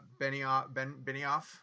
Benioff